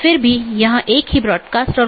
जिसे हम BGP speaker कहते हैं